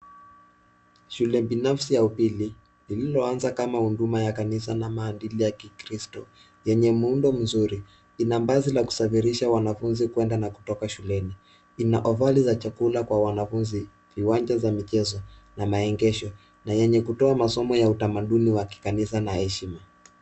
Shule binafsi ya upili iliyo anza kama huduma ya kanisa na maadili ya kikristo yenye muundo mzuri. Ina basi la kusafirisha wanafunzi kuenda na kutoka kutoka shuleni. Lina ya oveni ya chakula kwa wanafunzi, viwanjani vya michezo na maegesho yenye kutoa utamaduni wa kanisa na heshima.